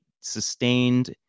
sustained